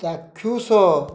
ଚାକ୍ଷୁଷ